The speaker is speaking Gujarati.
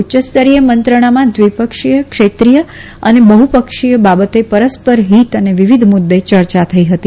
ઉચ્યસ્તરીય મંત્રણામાં દ્વિપક્ષી ક્ષેત્રીય અને બહુપક્ષીય બાબતે પરસ્પર હિત અને વિવિધ મુદૃ યર્યા થઈ હતી